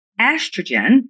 estrogen